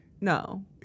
no